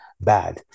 bad